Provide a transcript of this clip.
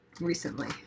recently